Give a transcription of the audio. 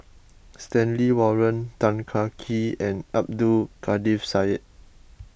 Stanley Warren Tan Kah Kee and Abdul Kadir Syed